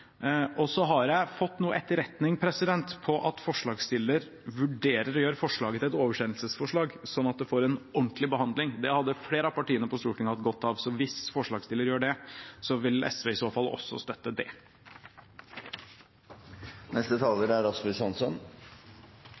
har også fått noe etterretning på at forslagsstiller vurderer å gjøre forslaget til et oversendelsesforslag, sånn at det får en ordentlig behandling. Det hadde flere av partiene på Stortinget hatt godt av, så hvis forslagsstiller gjør det, vil SV i så fall også støtte det.